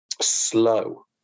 slow